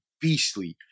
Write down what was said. beastly